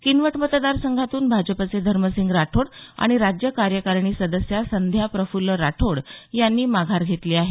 किनवट मतदारसंघातून भाजपचे धर्मसिंग राठोड आणि राज्य कार्यकारिणी सदस्या संध्या प्रफुल्ल राठोड यांनी माघार घेतली आहे